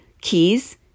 keys